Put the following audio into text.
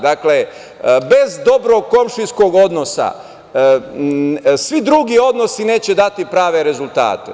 Dakle, bez dobrog komšijskog odnosa svi drugi odnosi neće dati prave rezultate.